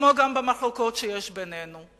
כמו גם במחלוקות שיש בינינו.